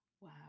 Wow